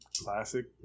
Classic